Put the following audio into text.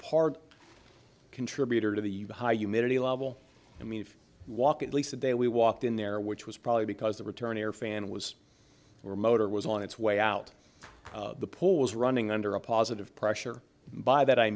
part contributor to the high humidity level i mean if walk at least a day we walked in there which was probably because the return air fan was or motor was on its way out the pool was running under a positive pressure by that i